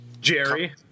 Jerry